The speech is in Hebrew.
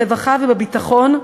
ברווחה ובביטחון.